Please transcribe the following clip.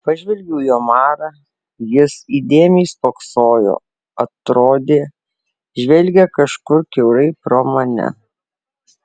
pažvelgiau į omarą jis įdėmiai spoksojo atrodė žvelgia kažkur kiaurai pro mane